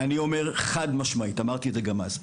אני אומר חד משמעית, אמרתי את זה גם אז.